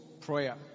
prayer